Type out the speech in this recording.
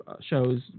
shows